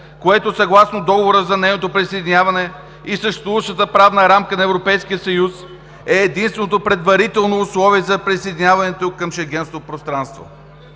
което, съгласно Договора за нейното присъединяване и съществуващата правна рамка на Европейския съюз, е единственото предварително условие за присъединяването към Шенгенското пространство;